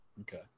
okay